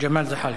ג'מאל זחאלקה.